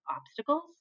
obstacles